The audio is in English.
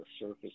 surface